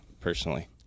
personally